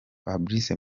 fabrice